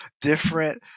different